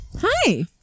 Hi